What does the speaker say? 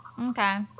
Okay